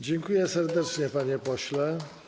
Dziękuję serdecznie, panie pośle.